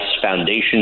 foundation